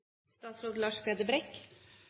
statsråd Brekk.